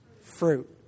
fruit